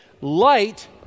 Light